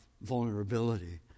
vulnerability